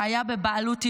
שהיה בעלות יהודית,